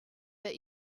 that